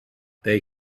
they